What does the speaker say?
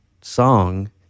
song